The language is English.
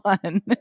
one